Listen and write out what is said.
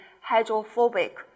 hydrophobic